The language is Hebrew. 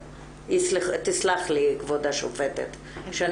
עיר בוחרים, כדי שגם בית משפט וגם